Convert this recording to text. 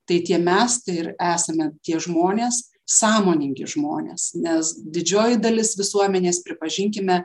tai tie mes tai ir esame tie žmonės sąmoningi žmonės nes didžioji dalis visuomenės pripažinkime